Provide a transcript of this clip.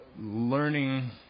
learning